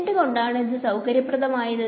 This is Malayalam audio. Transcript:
എന്തുകൊണ്ടാണ് ഇത് സൌകര്യപ്രദമായത്